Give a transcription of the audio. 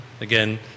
Again –